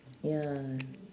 ya